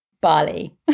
Bali